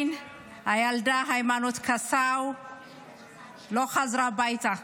הילדה היימנוט קסאו עדיין לא חזרה הביתה.